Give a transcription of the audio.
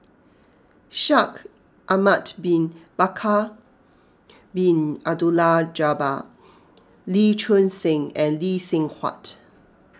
Shaikh Ahmad Bin Bakar Bin Abdullah Jabbar Lee Choon Seng and Lee Seng Huat